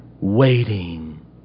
waiting